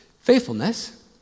Faithfulness